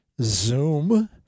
Zoom